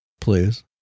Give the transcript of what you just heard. please